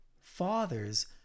Fathers